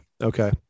Okay